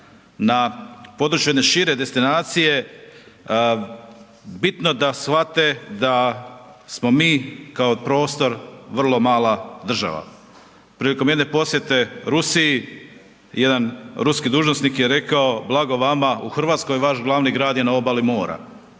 na području jedne šire destinacije bitno da shvate da smo mi kao prostor vrlo mala država. Prilikom jedne posjete Rusiji jedan ruski dužnosnik je rekao blago vama u Hrvatskoj vaš glavni grad je na obali mora,